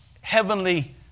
heavenly